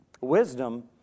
Wisdom